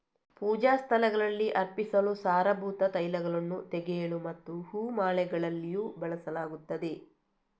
ಪೂಜಾ ಸ್ಥಳಗಳಲ್ಲಿ ಅರ್ಪಿಸಲು, ಸಾರಭೂತ ತೈಲಗಳನ್ನು ತೆಗೆಯಲು ಮತ್ತು ಹೂ ಮಾಲೆಗಳಲ್ಲಿಯೂ ಬಳಸಲಾಗುತ್ತದೆ